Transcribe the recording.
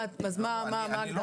אז מה ההגדרה?